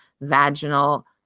vaginal